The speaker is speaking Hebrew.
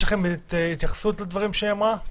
יש לכם התייחסות לדברים שהיא אמרה?